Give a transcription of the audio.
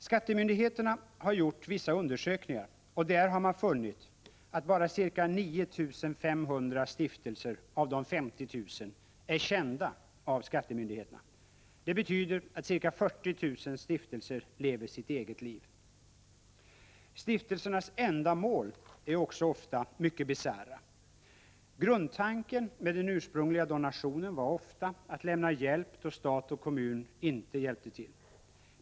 Skattemyndigheterna har gjort vissa undersökningar och har då funnit att bara ca 9 500 av de 50 000 stiftelserna är kända av skattemyndigheterna. Det betyder att ca 40 000 stiftelser lever sitt eget liv. Stiftelsernas ändamål är ofta mycket bisarra. Grundtanken med den ursprungliga donationen var ofta att lämna hjälp då stat och kommun inte gjorde det.